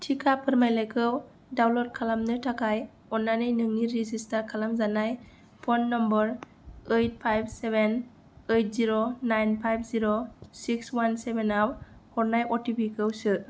टिका फोरमानलाइखौ डाउनल'ड खालामनो थाखाय अननानै नोंनि रेजिस्टार खालामजानाय phone number eight five seven eight zero nine five zero six one seven आव हरनाय अ टि पि खौसो